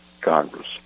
Congress